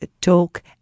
talk